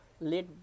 let